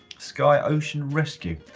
sky ocean rescue,